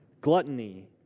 gluttony